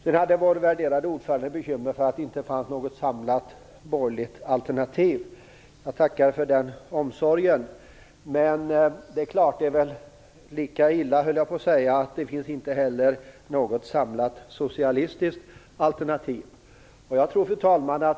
Sedan hade vår värderade ordförande bekymmer för att det inte fanns något samlat borgerligt alternativ. Jag tackar för den omsorgen. Men det är väl lika illa, höll jag på att säga, att det inte heller finns något samlat socialistiskt alternativ. Fru talman!